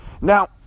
Now